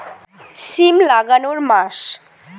সিম লাগানোর মাস?